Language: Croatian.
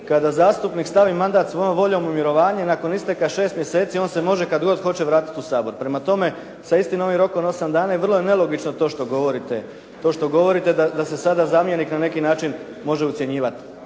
kada zastupnik stavi mandat svojom voljom u mirovanje nakon isteka 6 mjeseci on se može kada god hoće vratiti u Sabor. Prema tome, sa istim ovim rokom 8 dana i vrlo je nelogično to što govorite da se sada zamjenik na neki način može ucjenjivati.